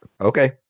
Okay